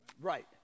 Right